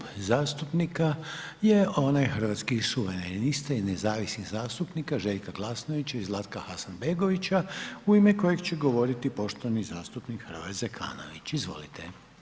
Slijedeći klub zastupnika je onaj Hrvatskih suverenista i nezavisnih zastupnika Željka Glasnovića i Zlatka Hasanbegovića u ime kojeg će govorit poštovani zastupnik Hrvoje Zekanović, izvolite.